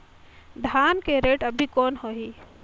धान के रेट अभी कौन होही?